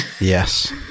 Yes